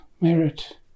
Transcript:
merit